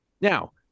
Now